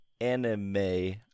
anime